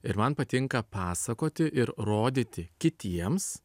ir man patinka pasakoti ir rodyti kitiems